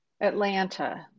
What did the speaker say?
Atlanta